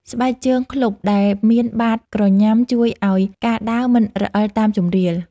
ស្បែកជើងឃ្លុបដែលមានបាតក្រញ៉ាំជួយឱ្យការដើរមិនរអិលតាមជម្រាល។